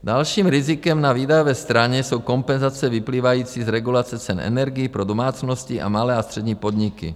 Dalším rizikem na výdajové straně jsou kompenzace vyplývající z regulace cen energií pro domácnosti a malé a střední podniky.